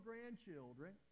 grandchildren